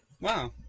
Wow